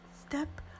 step